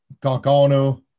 Gargano